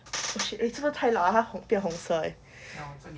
oh shit 是不是太老啊它红变红色 eh